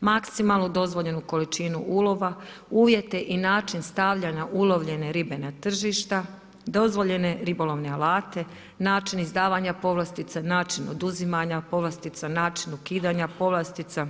maksimalnu dozvoljenu količinu ulova, uvijete i način stavljanja ulovljene ribe na tržišta, dozvoljene ribolovne alate, način izdavanja povlastica, način oduzimanja povlastica, način ukidanja povlastica,